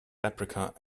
paprika